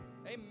Amen